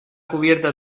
cubierta